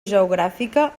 geogràfica